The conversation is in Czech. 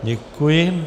Děkuji.